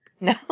No